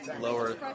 lower